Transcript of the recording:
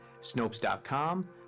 Snopes.com